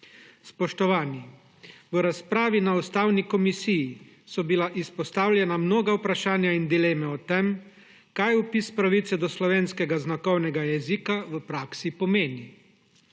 Spoštovani! V razpravi na Ustavni komisiji so bila izpostavljena mnoga vprašanja in dileme o tem, kaj je vpis pravice do slovenskega znakovnega jezika v praksi pomeni.